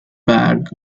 bag